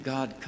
God